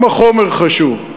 גם החומר חשוב,